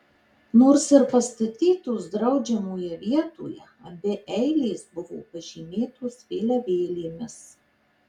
nors ir pastatytos draudžiamoje vietoje abi eilės buvo pažymėtos vėliavėlėmis